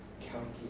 County